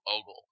ogle